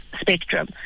spectrum